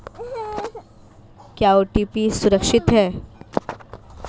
क्या ओ.टी.पी सुरक्षित है?